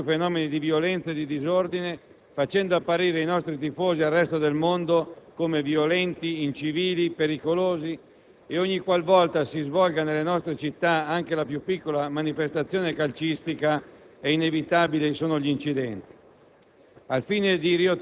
provocando sempre più episodi di violenza e di disordine, facendo apparire i nostri tifosi al resto del mondo come violenti, incivili e pericolosi e ogniqualvolta si svolga nelle nostre città anche la più piccola manifestazione calcistica è inevitabile che ci siano incidenti.